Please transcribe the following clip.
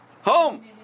home